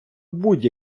будь